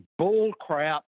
bullcrap